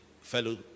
fellow